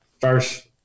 first